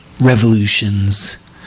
revolutions